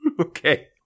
Okay